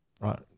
right